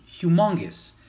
humongous